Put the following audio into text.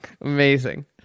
amazing